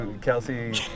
Kelsey